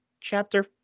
chapter